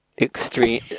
Extreme